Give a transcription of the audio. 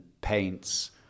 paints